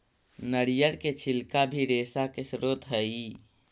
नरियर के छिलका भी रेशा के स्रोत हई